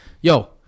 yo